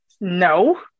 No